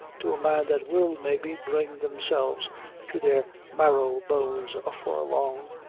to a man that will, maybe, bring themselves to their marrow-bones afore long.